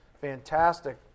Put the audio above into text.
fantastic